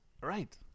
Right